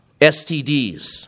STDs